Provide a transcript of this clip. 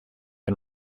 and